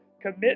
commit